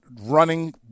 running